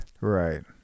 Right